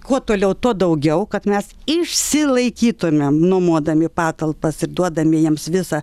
kuo toliau tuo daugiau kad mes išsilaikytumėm nuomodami patalpas ir duodami jiems visą